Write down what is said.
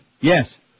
Yes